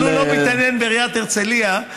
אבל הוא לא מתעניין בעיריית הרצליה,